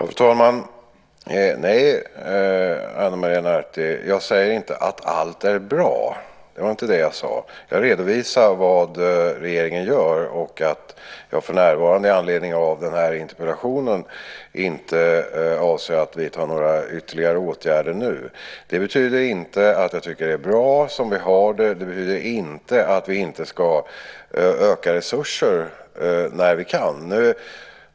Fru talman! Nej, Ana Maria Narti, jag säger inte att allt är bra. Det var inte det jag sade. Jag redovisade vad regeringen gör och att jag i anledning av den här interpellationen inte avser att vidta några ytterligare åtgärder nu. Det betyder inte att jag tycker att det är bra som vi har det. Det betyder inte att vi inte ska öka resurserna när vi kan.